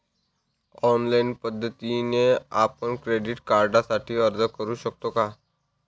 Online पद्धतीने आपण credit कार्डसाठी अर्ज करु शकतो का?